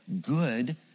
good